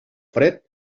fred